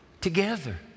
together